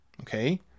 Okay